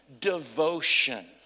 devotion